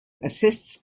assists